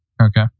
Okay